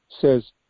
says